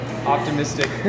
Optimistic